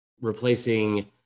replacing